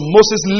Moses